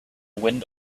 wind